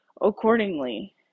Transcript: accordingly